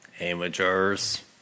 Amateurs